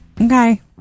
okay